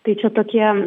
tai čia tokie